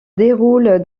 déroule